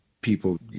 people –